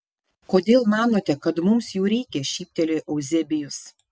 kodėl manote kad mums jų reikia šyptelėjo euzebijus